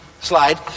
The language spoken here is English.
slide